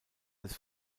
des